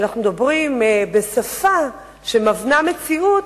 כשאנחנו מדברים בשפה שמבנה מציאות,